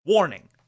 Warning